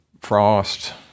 Frost